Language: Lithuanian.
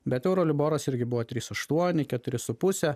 bet euroliboras irgi buvo trys aštuoni keturi su puse